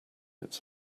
its